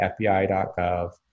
FBI.gov